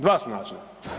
Dva su načina.